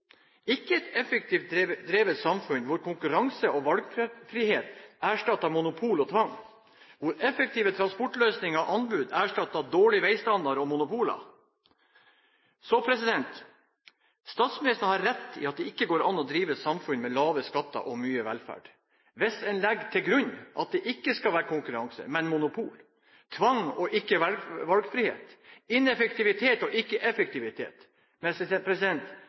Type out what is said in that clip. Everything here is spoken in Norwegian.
ikke et effektivt drevet samfunn hvor konkurranse og valgfrihet erstatter monopol og tvang, hvor effektive transportløsninger og anbud erstatter dårlig veistandard og monopoler. Så statsministeren har rett i at det ikke går an å drive et samfunn med lave skatter og mye velferd hvis en legger til grunn at det ikke skal være konkurranse, men monopol, tvang og ikke valgfrihet, ineffektivitet og ikke effektivitet.